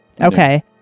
Okay